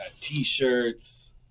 t-shirts